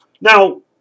Now